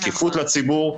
השקיפות לציבור,